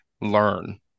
learn